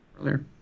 earlier